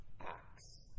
acts